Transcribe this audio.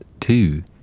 two